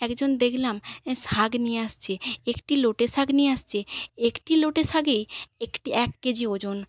একজন দেখলাম শাক নিয়ে আসছে একটি লোটে শাক নিয়ে আসছে একটি লোটে শাকেই একটি এক কেজি ওজন